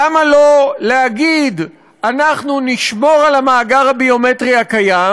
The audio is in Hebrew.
למה לא להגיד: אנחנו נשמור על המאגר הביומטרי הקיים,